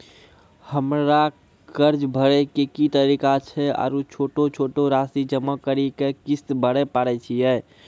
हमरा कर्ज भरे के की तरीका छै आरू छोटो छोटो रासि जमा करि के किस्त भरे पारे छियै?